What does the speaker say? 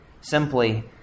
simply